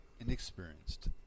inexperienced